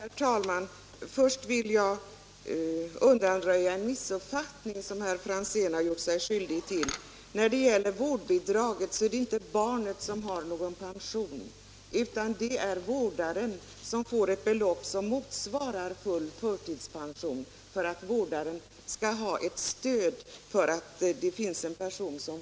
Herr talman! Först vill jag undanröja en missuppfattning från herr Franzéns sida. Barnet har ingen pension, utan vårdaren får ett belopp som motsvarar full förtidspension för att vårda barnet.